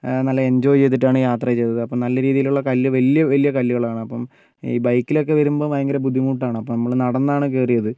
നല്ല എൻജോയ് ചെയ്തിട്ട് ആണ് യാത്ര ചെയ്തത് അപ്പം നല്ല രീതിയിൽ ഉള്ള കല്ല് വലിയ വലിയ കല്ലുകളാണ് അപ്പം ഈ ബൈക്കിൽ ഒക്കെ വരുമ്പം ഭയങ്കര ബുദ്ധിമുട്ട് ആണ് അപ്പോൾ നമ്മൾ നടന്നാണ് കയറിയത്